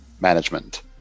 management